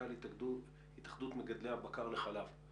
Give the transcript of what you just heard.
מנכ"ל התאחדות מגדלי הבקר לחלב.